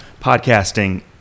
Podcasting